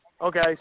Okay